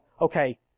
okay